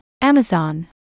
Amazon